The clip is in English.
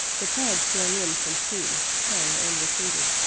the tides swung in from sea, hung, and retreated,